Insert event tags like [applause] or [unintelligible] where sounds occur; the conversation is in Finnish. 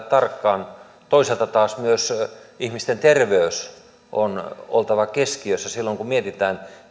[unintelligible] tarkkaan toisaalta taas myös ihmisten terveyden on oltava keskiössä silloin kun mietitään